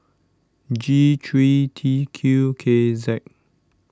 G three T Q K Z